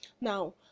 Now